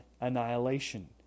annihilation